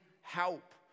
help